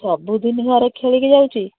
ସବୁ ଦିନ ଘରେ ଖେଳିକି ଯାଉଛି